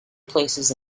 places